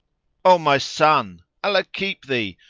o my son, allah keep thee!